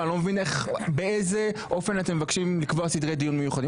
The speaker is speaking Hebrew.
אני לא מבין באיזה אופן אתם מבקשים לקבוע סדרי דיון מיוחדים.